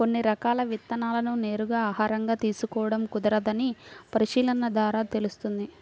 కొన్ని రకాల విత్తనాలను నేరుగా ఆహారంగా తీసుకోడం కుదరదని పరిశీలన ద్వారా తెలుస్తుంది